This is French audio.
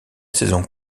saison